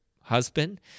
husband